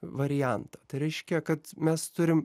variantą tai reiškia kad mes turim